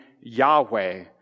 Yahweh